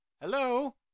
Hello